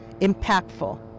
impactful